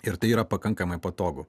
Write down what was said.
ir tai yra pakankamai patogu